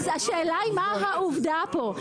השאלה היא מהי העובדה פה?